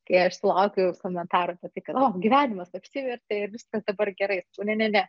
kai aš sulaukiu komentarų apie tai kad o gyvenimas apsivertė ir viskas dabar gerai sakau ne ne ne